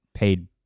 paid